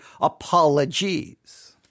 apologies